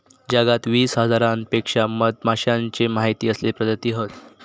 जगात वीस हजारांपेक्षा मधमाश्यांचे माहिती असलेले प्रजाती हत